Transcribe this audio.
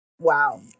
wow